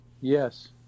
Yes